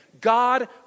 God